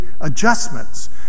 adjustments